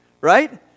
right